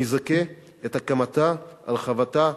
המזכה הקמה, הרחבה,